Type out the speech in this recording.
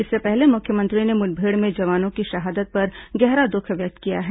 इससे पहले मुख्यमंत्री ने मुठभेड़ में जवानों की शहादत पर गहरा दुख व्यक्त किया है